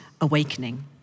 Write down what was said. awakening